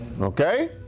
Okay